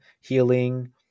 healing